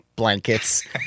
blankets